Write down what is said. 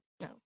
No